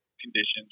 conditions